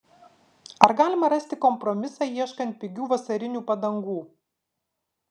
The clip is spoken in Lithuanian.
ar galima rasti kompromisą ieškant pigių vasarinių padangų